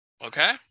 Okay